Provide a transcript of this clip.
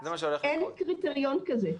אין קריטריון כזה.